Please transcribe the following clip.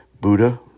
Buddha